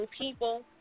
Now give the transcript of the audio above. people